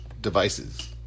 Devices